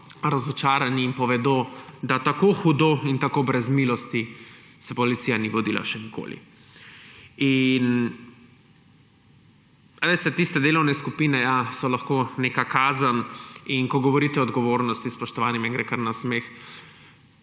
razočarani in povedo, da tako hudo in tako brez milosti se policija ni vodila še nikoli. Tiste delovne skupine so lahko neka kazen. In ko govorite o odgovornosti, spoštovani, meni gre kar na smeh,